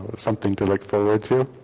something to look forward to.